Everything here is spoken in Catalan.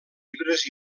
llibres